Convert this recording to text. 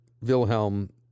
Wilhelm